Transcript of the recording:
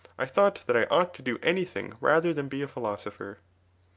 i thought that i ought to do anything rather than be a philosopher.